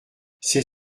c’est